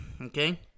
Okay